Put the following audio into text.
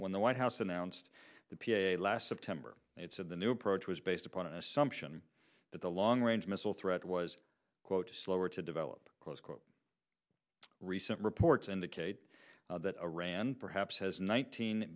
when the white house announced the p a last september it's of the new approach was based upon an assumption that the long range missile threat was quote slower to develop close quote recent reports indicate that iran perhaps has nineteen